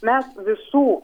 mes visų